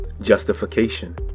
Justification